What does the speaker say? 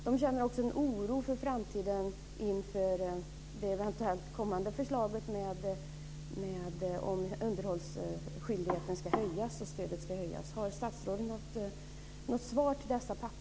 De känner också en oro för framtiden inför det eventuellt kommande förslaget om att underhållsstödet ska höjas.